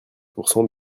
pourcent